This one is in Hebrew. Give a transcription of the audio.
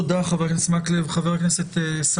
תודה, חבר הכנסת מקלב.